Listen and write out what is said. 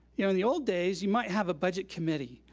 you know in the old days, you might have a budget committee,